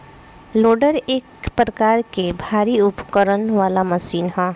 loader एक प्रकार के भारी उपकरण वाला मशीन ह